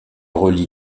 relie